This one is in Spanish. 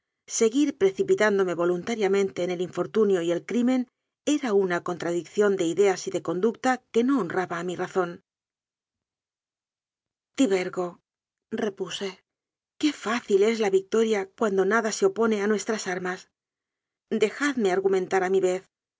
seguir precipitándome vo luntariamente en el infortunio y el crimen era una contradicción de ideas y de conducta que no hon raba a mi razón tibergorepuse qué fácil es la victoria cuando nada se opone a nuestras armas dejadme argumentar a mi vez